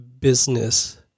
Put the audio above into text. business